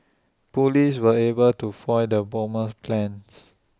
Police were able to foil the bomber's plans